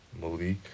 Malik